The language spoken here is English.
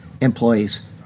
employees